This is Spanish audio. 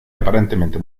aparentemente